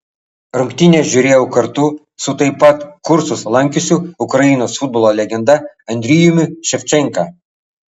rungtynes žiūrėjau kartu su taip pat kursus lankiusiu ukrainos futbolo legenda andrijumi ševčenka